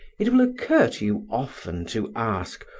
it will occur to you often to ask,